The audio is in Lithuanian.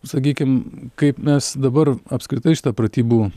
sakykim kaip mes dabar apskritai šitą pratybų